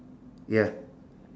ya